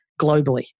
globally